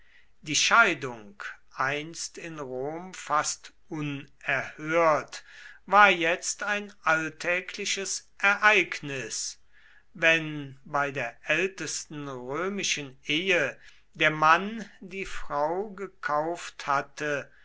die scheidung einst in rom fast unerhört war jetzt ein alltägliches ereignis wenn bei der ältesten römischen ehe der mann die frau gekauft hatte